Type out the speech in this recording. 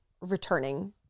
returning